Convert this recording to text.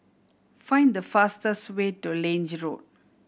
find the fastest way to Lange Road